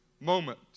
moment